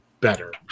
better